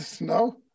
No